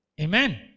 Amen